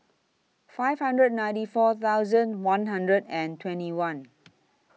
five hundred and ninety four thousand one hundred and twenty one